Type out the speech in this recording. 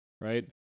Right